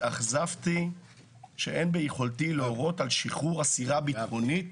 התאכזבתי שאין ביכולתי להורות על שחרור אסירה ביטחונית